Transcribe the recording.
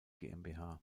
gmbh